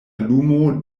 lumo